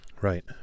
Right